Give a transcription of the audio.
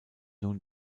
nun